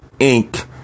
Inc